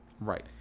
Right